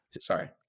Sorry